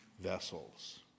vessels